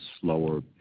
slower